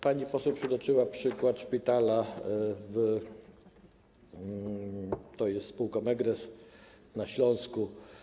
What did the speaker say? Pani poseł przytoczyła przykład szpitala, to jest spółka Megrez, na Śląsku.